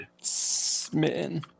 Smitten